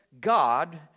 God